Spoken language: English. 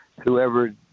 whoever